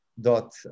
dot